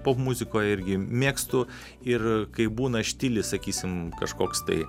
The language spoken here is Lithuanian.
popmuzikoje irgi mėgstu ir kai būna štilis sakysim kažkoks tai